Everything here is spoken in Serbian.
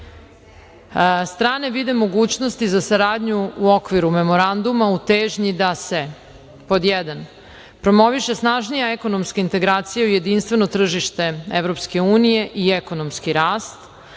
strane vide mogućnosti za saradnju u okviru memoranduma u težnji da se pod jedan, promoviše snažnija ekonomska integracije u jedinstveno tržište EU i ekonomski rast